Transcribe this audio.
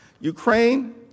Ukraine